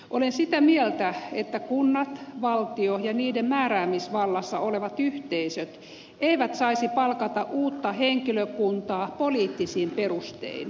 olen sitä mieltä että kunnat valtio ja niiden määräämisvallassa olevat yhteisöt eivät saisi palkata uutta henkilökuntaa poliittisin perustein